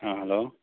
ꯑꯥ hello